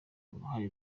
uruhare